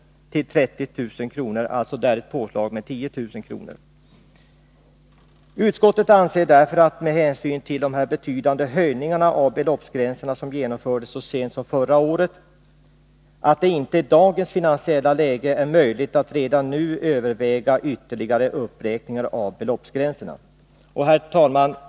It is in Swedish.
till 30 000 kr., dvs. ett påslag med 10 000 kr. Utskottet anser därför — med hänsyn till de betydande höjningarna av beloppsgränserna, som genomfördes så sent som förra året — att det inte i dagens finansiella läge är möjligt att redan nu överväga ytterligare uppräkningar av beloppsgränserna. Herr talman!